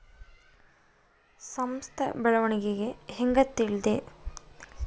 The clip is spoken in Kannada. ಸಂಸ್ಥ ಬೆಳವಣಿಗೇನ ಹೆಂಗ್ ತಿಳ್ಯೇದು